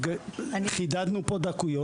חידדנו פה דקויות.